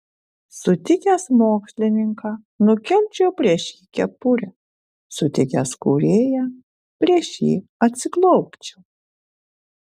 sutikęs mokslininką nukelčiau prieš jį kepurę sutikęs kūrėją prieš jį atsiklaupčiau